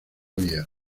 vía